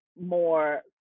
more